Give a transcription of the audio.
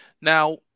Now